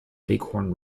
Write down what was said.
bighorn